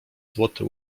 złoty